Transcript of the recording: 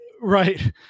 Right